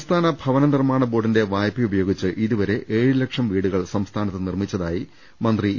സംസ്ഥാന ഭവന നിർമാണ ബോർഡിന്റെ വായ്പ ഉപയോഗിച്ച് ഇതുവരെ ഏഴു ലക്ഷം വീടുകൾ സംസ്ഥാനത്തു നിർമിച്ചതായി മന്ത്രി ഇ